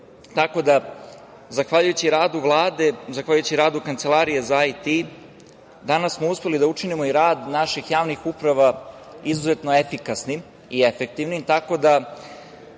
tako da, zahvaljujući radu Vlade, zahvaljujući radu Kancelarije za IT, danas smo uspeli da učinimo i rad naših javnih uprava izuzetno efikasnim i efektivnim,